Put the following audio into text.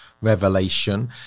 Revelation